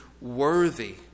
worthy